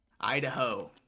Idaho